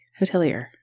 Hotelier